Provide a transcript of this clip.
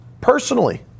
personally